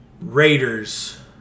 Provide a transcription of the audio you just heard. Raiders